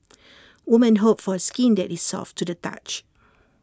women hope for skin that is soft to the touch